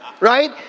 Right